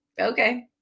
okay